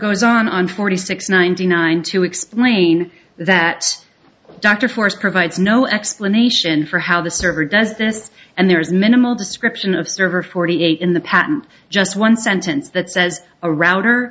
goes on forty six ninety nine to explain that dr forrest provides no explanation for how the server does this and there is minimal description of server forty eight in the patent just one sentence that says a router